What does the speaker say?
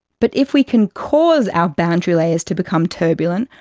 but if we can cause our boundary layers to become turbulent,